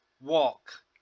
walk